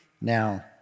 now